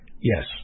yes